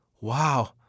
Wow